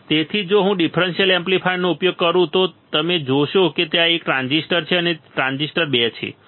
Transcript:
તેથી જો હું ડિફરન્સીયલ એમ્પ્લીફાયરનો ઉપયોગ કરું તો તમે જોશો કે ત્યાં એક ટ્રાન્ઝિસ્ટર છે અને તે ટ્રાન્ઝિસ્ટર 2 છે